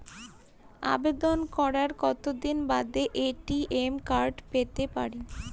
আবেদন করার কতদিন বাদে এ.টি.এম কার্ড পেতে পারি?